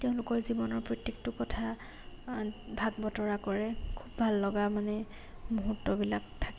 তেওঁলোকৰ জীৱনৰ প্ৰত্যেকটো কথা ভাগ বতৰা কৰে খুব ভাল লগা মানে মুহূৰ্তবিলাক থাকে